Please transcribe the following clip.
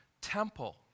Temple